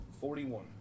forty-one